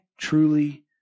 truly